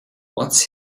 what’s